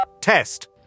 Test